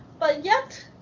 but yet,